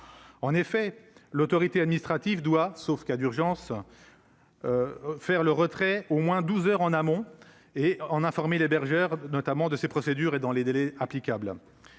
en effet, l'autorité administrative doit, sauf cas d'urgence faire le retrait au moins 12 heures en amont et en informer l'hébergeur notamment de ses procédures et dans les délais applicables